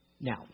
Now